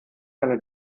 eine